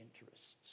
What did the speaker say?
interests